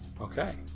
Okay